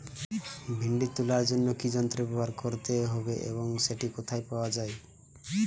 ভিন্ডি তোলার জন্য কি যন্ত্র ব্যবহার করতে হবে এবং সেটি কোথায় পাওয়া যায়?